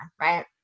right